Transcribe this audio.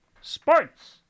Sports